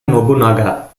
nobunaga